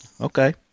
Okay